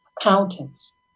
accountants